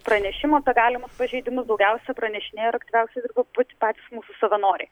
pranešimų apie galimus pažeidimus daugiausia pranešinėja ir aktyviausiai dirba turbūt patys mūsų savanoriai